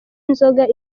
inzoga